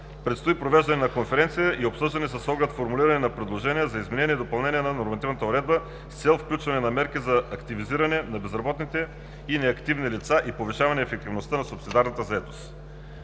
Предстои провеждане на конференция и обсъждане с оглед формулиране на предложения за изменение и допълнение на нормативната уредба с цел включване на мерки за активиране на безработните и неактивните лица и повишаване ефективността на субсидарната заетост.